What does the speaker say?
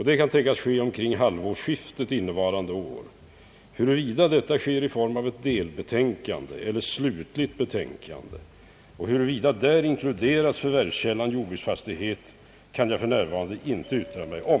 Detta kan tänkas ske omkring halvårsskiftet innevarande år. Huruvida detta sker i form av delbetänkande eller slutligt betänkande och huruvida där inklude ras förvärvskällan jordbruksfastighet kan jag för närvarande ej yttra mig om.